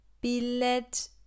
Billet